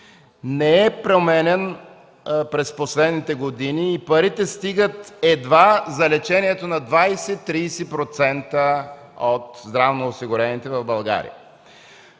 не е променян през последните години и парите стигат едва за лечението на 20-30% от здравно осигурените в България.